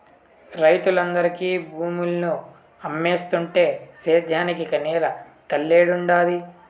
రైతులందరూ భూముల్ని అమ్మేస్తుంటే సేద్యానికి ఇక నేల తల్లేడుండాది